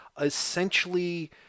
essentially